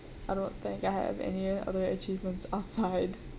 I don't think I have any other achievements outside